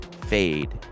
fade